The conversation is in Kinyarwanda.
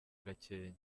gakenke